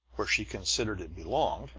where she considered it belonged,